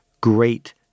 great